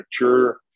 mature